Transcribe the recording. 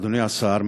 אדוני השר,